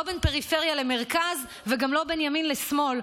לא בין פריפריה למרכז וגם לא בין ימין לשמאל,